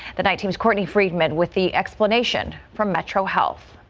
the nine team's courtney friedman with the explanation from metro health.